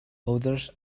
others